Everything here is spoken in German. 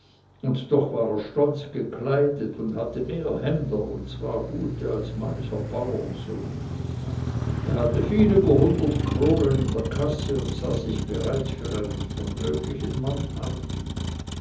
und doch war er stolz gekleidet und hatte mehr hemder und zwar gute als mancher baurensohn er hatte viel über hundert kronen in der kasse und sah sich bereits für einen vermöglichen mann an